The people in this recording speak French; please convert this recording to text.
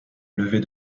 levée